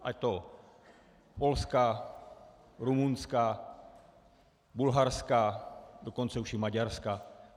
Ať Polska, Rumunska, Bulharska, dokonce už i Maďarska.